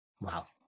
Wow